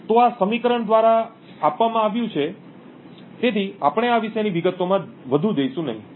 તો આ આ સમીકરણ દ્વારા આપવામાં આવ્યું છે તેથી આપણે આ વિશેની વિગતોમાં વધુ જઈશું નહીં